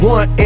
One